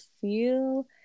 feel